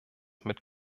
mit